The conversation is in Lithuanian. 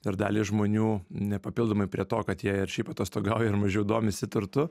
ir daliai žmonių ne papildomai prie to kad jie ir šiaip atostogauja ir mažiau domisi turtu